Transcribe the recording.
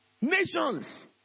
Nations